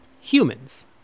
humans